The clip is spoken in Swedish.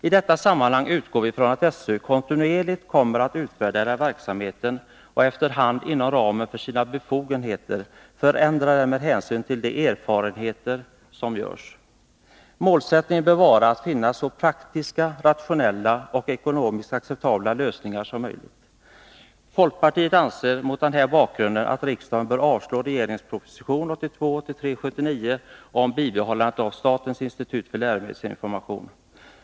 I detta sammanhang utgår vi från att SÖ kontinuerligt kommer att utvärdera verksamheten och att man efter hand, inom ramen för sina befogenheter, kommer att förändra denna med hänsyn till de erfarenheter som görs. Målsättningen bör vara att finna så praktiska, rationella och ekonomiskt acceptabla lösningar som möjligt. Vi i folkpartiet anser mot den här bakgrunden att riksdagen bör avslå regeringens proposition 1982/83:79 om bibehållande av statens institut för läromedelsinformation.